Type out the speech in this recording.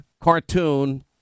cartoon